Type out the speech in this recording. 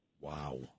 Wow